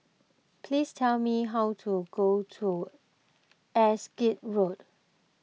please tell me how to go to Erskine Road